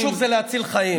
יותר חשוב זה להציל חיים.